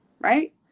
right